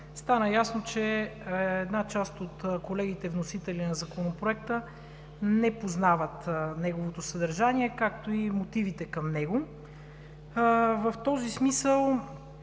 стана ясно, че една част от колегите, вносители на Законопроекта, не познават неговото съдържание, както и мотивите към него. В този смисъл